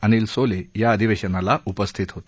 अनिल सोले या अधिवेशनाला उपस्थित होते